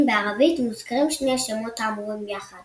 בערבית מוזכרים שני השמות האמורים יחד